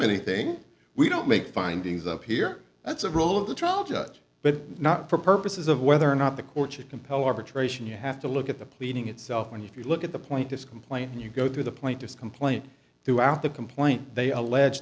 anything we don't make findings up here that's a role of the trial judge but not for purposes of whether or not the courtship compel arbitration you have to look at the pleading itself when you look at the point this complaint and you go through the plaintiff's complaint throughout the complaint they allege